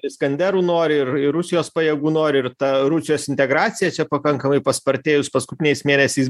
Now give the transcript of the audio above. iskanderų nori ir ir rusijos pajėgų nori ir ta rusijos integracija čia pakankamai paspartėjus paskutiniais mėnesiais